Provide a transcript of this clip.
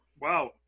Wow